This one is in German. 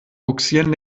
bugsieren